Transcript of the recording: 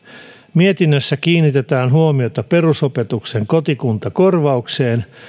mietinnössä kiinnitetään huomiota perusopetuksen kotikuntakorvaukseen